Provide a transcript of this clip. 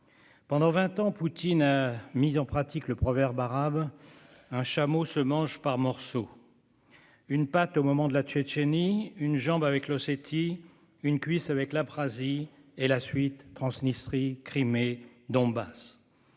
Pendant vingt ans, Poutine a mis en pratique le proverbe arabe :« Un chameau se mange par morceau. » Une patte au moment de la Tchétchénie, une jambe avec l'Ossétie, une cuisse avec l'Abkhasie, et la suite, Transnistrie, Crimée, Donbass.